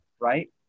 right